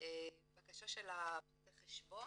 בקשה לפרטי חשבון.